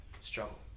struggle